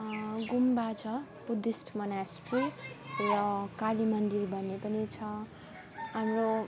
गुम्बा छ Buddhist monastery र कालीमन्दिर भन्ने पनि छ हाम्रो